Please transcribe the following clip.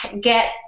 get